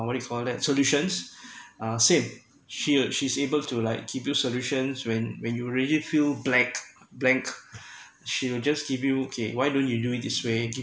what do you call that solutions uh same she uh she's able to like give you solutions when when you really feel black blank she will just give you okay why don't you do it this way